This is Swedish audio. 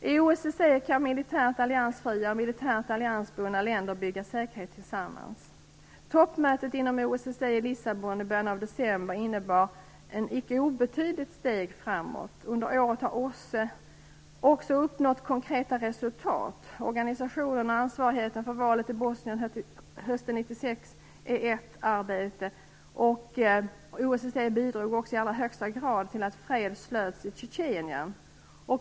I OSSE kan militärt alliansfria och militärt alliansbundna länder bygga säkerhet tillsammans. Toppmötet inom OSSE i Lissabon i början av december innebar ett icke obetydligt steg framåt. Under året har OSSE också uppnått konkreta resultat. Organisationen ansvarade för valet i Bosnien hösten 1996 och den bidrog i högsta grad till att fred slöts i Tjetjenien.